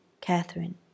Catherine